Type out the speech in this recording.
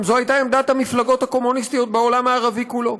זו הייתה עמדת המפלגות הקומוניסטיות בעולם הערבי כולו: